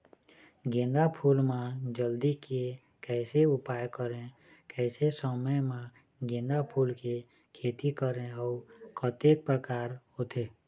गेंदा फूल मा जल्दी के कैसे उपाय करें कैसे समय मा गेंदा फूल के खेती करें अउ कतेक प्रकार होथे?